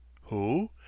Who